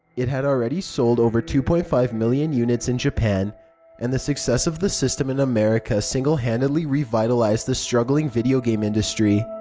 it had already sold over two point five million units in japan and the success of the system in america single-handedly revitalized the struggling video game industry.